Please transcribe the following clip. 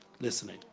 listening